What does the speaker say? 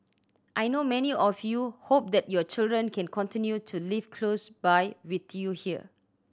I know many of you hope that your children can continue to live close by with you here